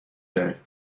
داره